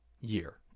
year